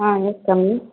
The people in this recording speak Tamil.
ah yes come in